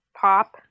pop